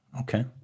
okay